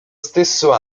stesso